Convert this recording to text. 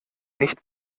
nicht